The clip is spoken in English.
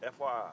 FYI